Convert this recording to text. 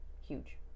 Huge